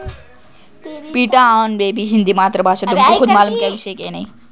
टोकरसनी सदाहरित बारा महिना फुले असणाऱ्या टोकरसण्या एक विविध गट शेतस